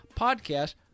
podcast